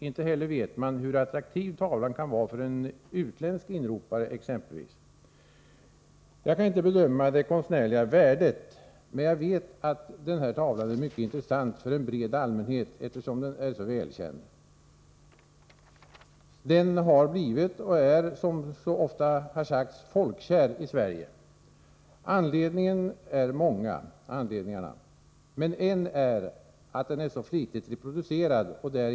Inte heller vet man hur attraktiv tavlan kan vara för exempelvis en utländsk inropare. Jag kan inte bedöma tavlans konstnärliga värde, men jag vet att tavlan är mycket intressant för en bred allmänhet, eftersom den är så välkänd. Den har blivit och är, som så ofta har sagts, folkkär i Sverige. Anledningarna är många, men en är att tavlan är så flitigt reproducerad.